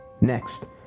Next